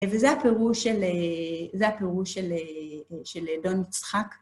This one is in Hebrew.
וזה הפירוש של דון יצחק.